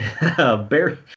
Barry